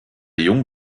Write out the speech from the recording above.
jung